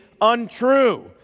untrue